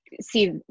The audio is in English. see